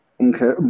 Okay